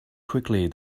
quickly